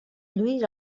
lluís